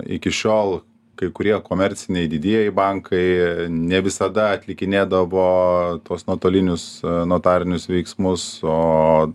iki šiol kai kurie komerciniai didieji bankai ne visada atlikinėdavo tuos nuotolinius notarinius veiksmus ooo